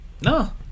no